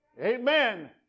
Amen